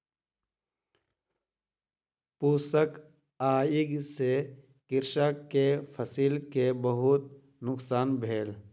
फूसक आइग से कृषक के फसिल के बहुत नुकसान भेल